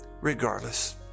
regardless